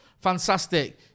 Fantastic